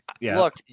Look